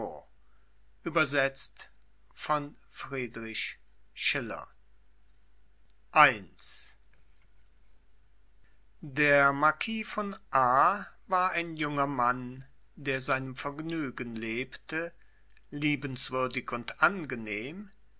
der marquis von a war ein junger mann der seinem vergnügen lebte liebenswürdig und angenehm